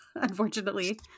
unfortunately